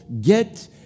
get